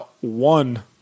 one